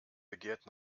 begehrt